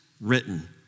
written